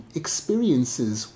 experiences